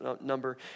number